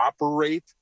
operate